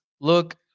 look